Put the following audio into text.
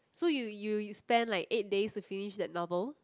so you you you spend like eight days to finish that novel